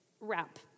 wrap